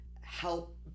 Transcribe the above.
help